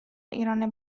ایران